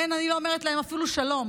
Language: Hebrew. אין, אני לא אומרת להם אפילו שלום.